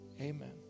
Amen